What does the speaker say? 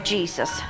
Jesus